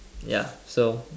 ya so